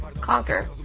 conquer